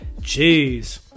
Jeez